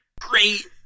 great